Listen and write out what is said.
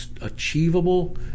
achievable